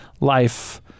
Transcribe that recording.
life